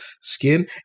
skin